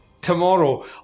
tomorrow